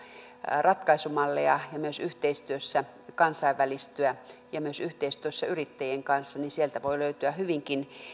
ratkaisumalleja ja myös yhteistyössä kansainvälistyä ja myös yhteistyössä yrittäjien kanssa sieltä voi löytyä hyvinkin